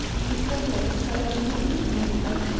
he sat like a sallow mummy among them,